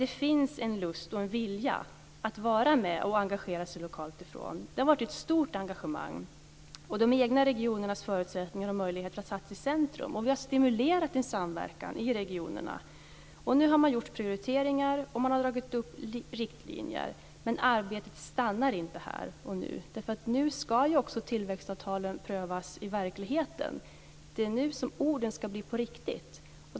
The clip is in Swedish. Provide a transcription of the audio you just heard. Det finns en lust och en vilja lokalt att vara med och engagera sig. Engagemanget har varit stort. De egna regionernas förutsättningar och möjligheter har satts i centrum. Vi har stimulerat till samverkan i regionerna. Nu har man gjort prioriteringar och dragit upp riktlinjer men arbetet stannar inte här och nu. Tillväxtavtalen ska ju också prövas i verkligheten. Det är nu som orden ska bli på riktigt så att säga.